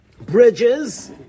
Bridges